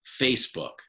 Facebook